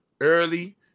early